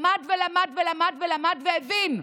למד ולמד ולמד ולמד והבין.